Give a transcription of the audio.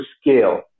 scale